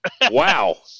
wow